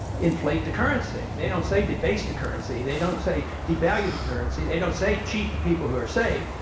inflate the currency. they don't say debase the currency. they don't say devalue the currency. they don't say cheat the people who are safe.